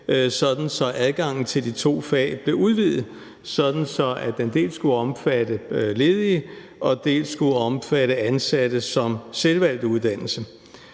sådan at adgangen til de to fag blev udvidet, så den dels skulle omfatte ledige, dels skulle omfatte ansatte som selvvalgt uddannelse.